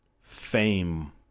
fame